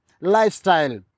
lifestyle